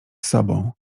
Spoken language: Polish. sobą